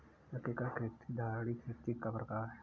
एकीकृत खेती धारणीय खेती का प्रकार है